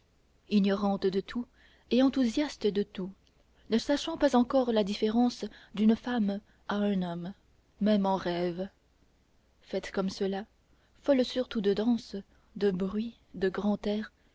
ignorante de tout et enthousiaste de tout ne sachant pas encore la différence d'une femme à un homme même en rêve faite comme cela folle surtout de danse de bruit de grand air